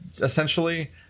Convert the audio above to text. essentially